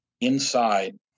inside